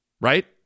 right